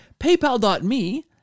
PayPal.me